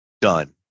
Done